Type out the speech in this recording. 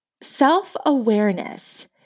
self-awareness